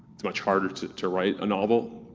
it's much harder to to write a novel.